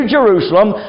Jerusalem